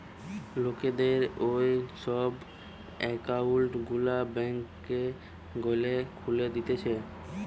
লোকদের এই সব একউন্ট গুলা ব্যাংকে গ্যালে খুলে দিতেছে